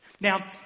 Now